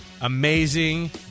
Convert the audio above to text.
amazing